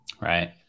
Right